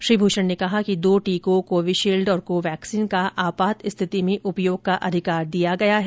श्री भूषण ने कहा कि दो टीकों कोविशील्ड और कोवैक्सीन का आपात स्थिति में उपयोग का अधिकार दिया गया है